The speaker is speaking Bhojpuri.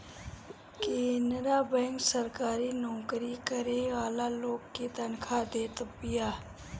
केनरा बैंक सरकारी नोकरी करे वाला लोग के तनखा देत बिया